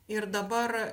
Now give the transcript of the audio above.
ir dabar